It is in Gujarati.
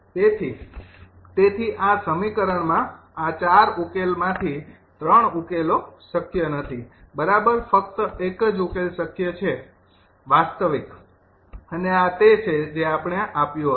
તેથી તેથી આ સમીકરણમાં આ ૪ ઉકેલોમાંથી ૩ ઉકેલો શક્ય નથી બરાબર ફક્ત એક જ ઉકેલ શક્ય છે વાસ્તવિક અને આ તે છે જે આપણે આપ્યું હતું